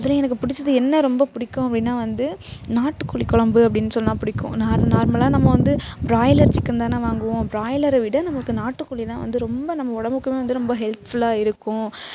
அதுலேயும் எனக்கு பிடிச்சது என்ன ரொம்ப பிடிக்கும் அப்படினா வந்து நாட்டுக்கோழி குழம்பு அப்படினு சொன்னால் பிடிக்கும் நா நார்மலாக நம்ம வந்து பிராய்லர் சிக்கன் தான் வாங்குவோம் பிராய்லரை விட நமக்கு நாட்டுக்கோழி தான் வந்து ரொம்ப நம்ம உடம்புக்கு வந்து ரொம்ப ஹெல்ஃபுலாக இருக்கும்